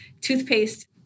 toothpaste